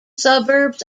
suburbs